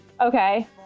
Okay